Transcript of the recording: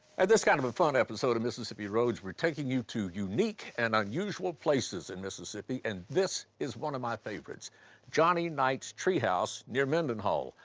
as this is kind of a fun episode of mississippi roads, we're taking you to unique and unusual places in mississippi and this is one of my favorites johnny knight's treehouse near mendenhall.